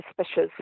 suspicious